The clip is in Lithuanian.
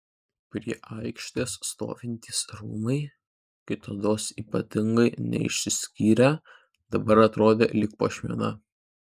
prie aikštės stovintys rūmai kitados ypatingai neišsiskyrę dabar atrodė lyg puošmena